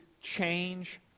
change